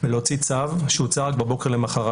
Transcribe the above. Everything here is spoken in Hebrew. ולהוציא צו, שהוצא רק בבוקר למחרת.